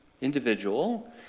individual